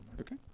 Okay